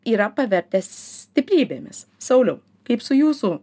yra pavertę stiprybėmis sauliau kaip su jūsų